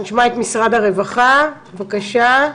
נשמע את משרד הרווחה, בבקשה.